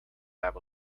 lab